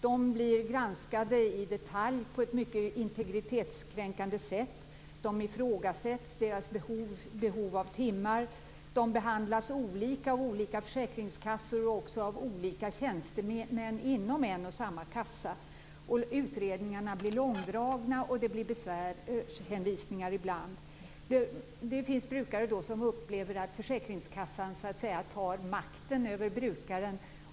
De blir granskade i detalj på ett mycket integritetskränkande sätt. Deras behov av assistanstimmar ifrågasätts. De behandlas olika i olika försäkringskassor och också av olika tjänstemän inom en och samma kassa. Utredningarna blir långdragna, och det blir besvärshänvisningar ibland. Det finns brukare som upplever att försäkringskassan så att säga tar makten över brukaren.